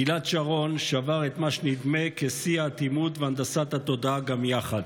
גלעד שרון שבר את מה שנדמה כשיא האטימות והנדסת התודעה גם יחד.